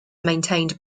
maintained